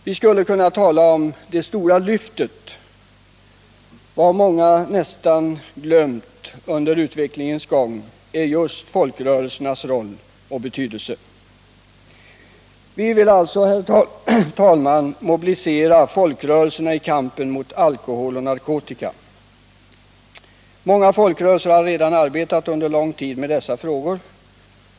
Vi skulle kunna tala om ”det stora lyftet”. Vad många glömi under tidens gång är just folkrörelsernas stora roll och betydelse. Vi vill, herr talman, mobilisera folkrörelserna i kampen mot alkohol och narkotika. Många folkrörelser har redan under lång tid arbetat med dessa frågor.